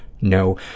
no